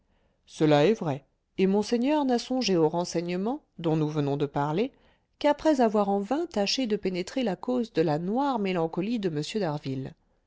cela est vrai et monseigneur n'a songé aux renseignements dont nous venons de parler qu'après avoir en vain tâché de pénétrer la cause de la noire mélancolie de